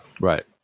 Right